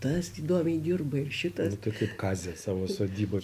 tas įdomiai dirba ir šitas nu tokia kazė savo sodyboj